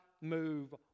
move